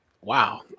Wow